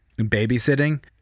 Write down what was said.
babysitting